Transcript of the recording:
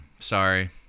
Sorry